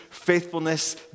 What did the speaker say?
faithfulness